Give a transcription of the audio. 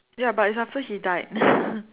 ya but it's after he died